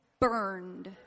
burned